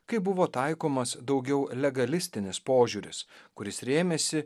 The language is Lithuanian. kai buvo taikomas daugiau legalistinis požiūris kuris rėmėsi